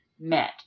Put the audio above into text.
met